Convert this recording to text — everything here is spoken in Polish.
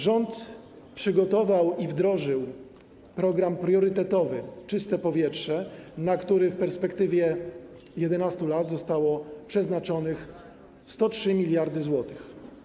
Rząd przygotował i wdrożył program priorytetowy „Czyste powietrze”, na który w perspektywie 11 lat zostało przeznaczonych 103 mld zł.